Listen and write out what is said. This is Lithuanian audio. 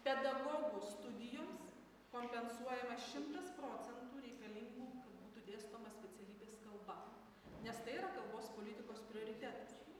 pedagogų studijoms kompensuojama šimtas procentų reikalingų kad būtų dėstoma specialybės kalba nes tai yra kalbos politikos prioritetas